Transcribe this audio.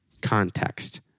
context